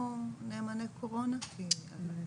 נאמני קורונה תוקצבו גם בגנים?